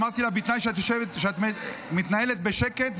ואמרתי לה: בתנאי שאת מתנהלת בשקט,